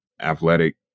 athletic